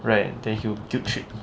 right then he guilt trip